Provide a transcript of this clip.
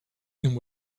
and